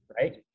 Right